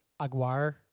Aguar